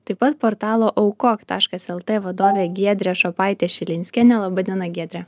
taip pat portalo aukok taškas lt vadovė giedrė šopaitė šilinskienė laba diena giedre